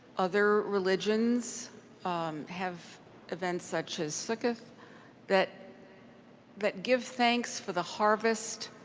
other religions have events such as sikuth that that give thanks for the harvest,